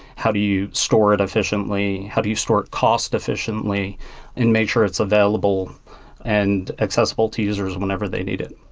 how do you store it efficiently? how do you store it cost efficiently and make sure it's available and accessible to users whenever they need it?